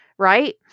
right